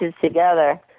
together